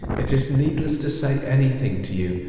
it is needless to say any thing to you,